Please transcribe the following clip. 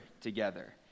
together